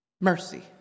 mercy